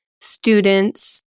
students